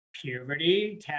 puberty